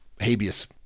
habeas